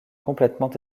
complètement